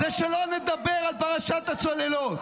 זה שלא נדבר על פרשת הצוללות.